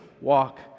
walk